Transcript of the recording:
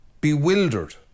bewildered